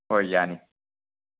ꯍꯣꯏ ꯌꯥꯅꯤ